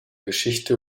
geschichte